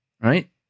right